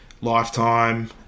Lifetime